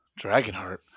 Dragonheart